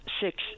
six